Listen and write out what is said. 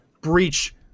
breach